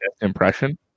impression